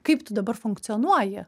kaip tu dabar funkcionuoji